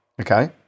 Okay